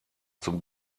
zum